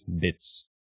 bits